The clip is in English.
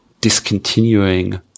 discontinuing